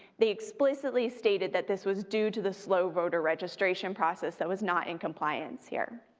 they explicitly stated that this was due to the slow voter registration process that was not in compliance here.